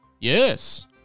Yes